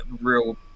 real